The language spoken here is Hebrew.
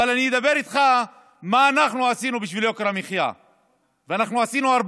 מעט בכמות, רב